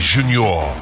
Junior